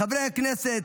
חברי הכנסת,